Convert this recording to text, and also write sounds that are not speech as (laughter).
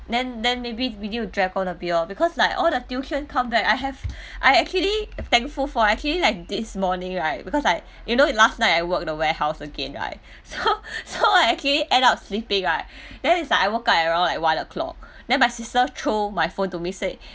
then then maybe video drag all the beyond because like all the tuition come that I have I actually thankful for I actually like this morning right because like you know it last night I work in the warehouse again right so (noise) so I actually end up sleeping right then is like I woke up at around like one o'clock then my sister throw my phone to me and say